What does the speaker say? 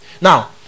Now